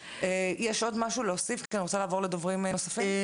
יש עוד משהו להוסיף כי אני רוצה לעבור לדוברים נוספים?